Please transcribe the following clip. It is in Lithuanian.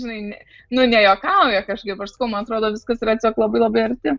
žinai ne nu nejuokauja kažkaip aš sakau man atrodo viskas yra tiesiog labai labai arti